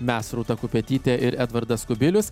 mes rūta kupetytė ir edvardas kubilius